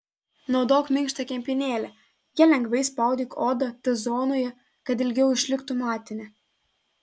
naudok minkštą kempinėlę ja lengvai spaudyk odą t zonoje kad ilgiau išliktų matinė